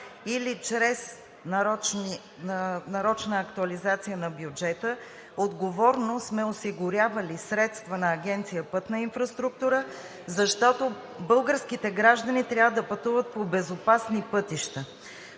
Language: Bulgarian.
или чрез нарочна актуализация на бюджета отговорно сме осигурявали средства на Агенция „Пътна инфраструктура“, защото българските граждани трябва да пътуват по безопасни пътища.